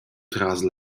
tras